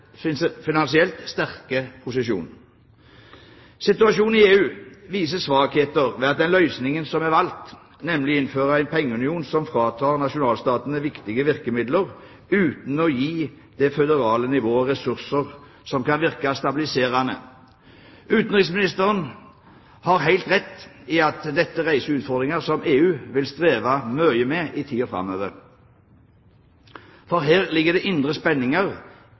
finansielt sterke posisjon. Situasjonen i EU viser svakheter ved den løsningen som er valgt, nemlig å innføre en pengeunion som fratar nasjonalstatene viktige virkemidler uten å gi det føderale nivået ressurser som kan virke stabiliserende. Utenriksministeren har helt rett i at dette reiser utfordringer som EU vil streve mye med i tiden framover, for her ligger det indre spenninger